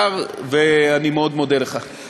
ואני מודה לך מאוד.